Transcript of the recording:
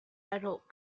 adult